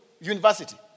university